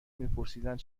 میپرسیدند